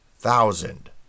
Thousand